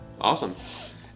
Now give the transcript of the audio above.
Awesome